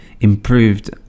improved